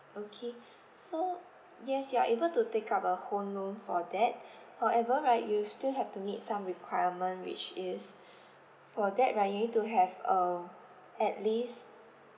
okay so yes you are able to take up a home loan for that however right you still have to meet some requirement which is for that right you need to have um at least